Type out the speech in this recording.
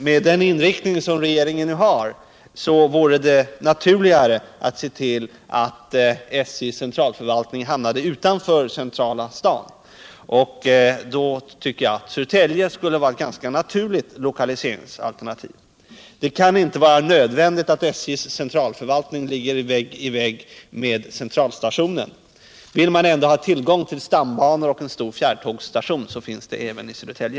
Med den inriktning som regeringen nu har vore det naturligare att se till avt SJ:s centralförvaltning hamnade utanför centrala staden, och då tycker jag att Södertälje skulle vara ett ganska naturligt lokaliseringsalternativ. Det kan inte vara nödvändigt att SJ:s centralförvaltning ligger vägg i väpg med Centralstationen. Vill man ändå ha tillgång till stambanor och en stor fjärrtågsstation finns det möjlighet till det även i Södertälje.